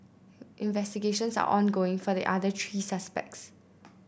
investigations are ongoing for the other three suspects